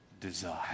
desire